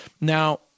Now